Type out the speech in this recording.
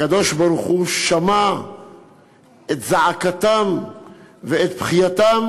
הקדוש-ברוך-הוא שמע את זעקתם ואת בכייתם